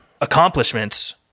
accomplishments